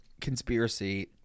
conspiracy